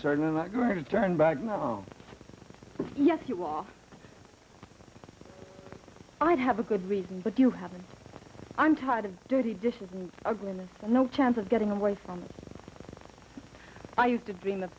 certainly not going to turn back mom yes you are i'd have a good reason but you have and i'm tired of dirty dishes and ugliness and no chance of getting away from i used to dream